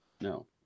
no